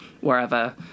wherever